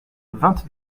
vingt